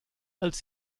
als